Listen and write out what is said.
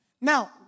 Now